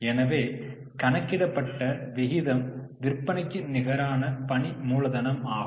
எனவே கணக்கிடப்பட்ட விகிதம் விற்பனைக்கு நிகரான பணி மூலதனமாகும்